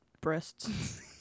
breasts